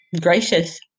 gracious